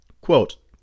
Quote